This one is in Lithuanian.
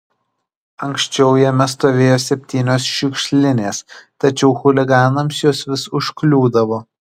anksčiau jame stovėjo septynios šiukšlinės tačiau chuliganams jos vis užkliūdavo